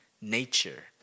nature